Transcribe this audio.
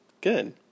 good